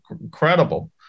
incredible